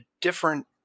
different